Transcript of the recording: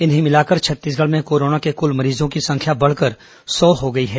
इन्हें मिलाकर छत्तीसगढ़ में कोरोना के कूल मरीजों की संख्या बढ़कर सौ हो गई है